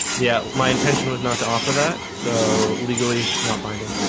yeah, my intention was not to offer that so legally not binding.